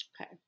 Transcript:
okay